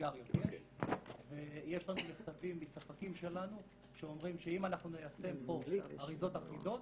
לנו מכתבים מספקים שלנו שאומרים שאם אנחנו ניישם פה אריזות אחידות,